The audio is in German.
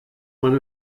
man